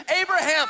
Abraham